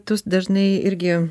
tu dažnai irgi